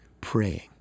praying